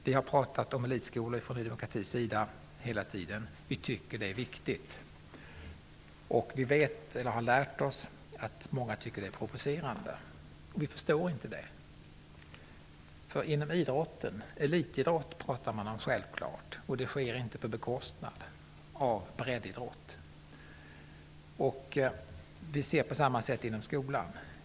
Vi har pratat om elitskolor från Ny demokratis sida hela tiden. Vi tycker att det är viktigt. Vi har lärt oss att många tycker att det är provocerade. Vi förstår inte det. Det är självklart att man pratar om elitidrott. Den sker inte på bekostnad av breddidrott. Vi ser på skolan på samma sätt.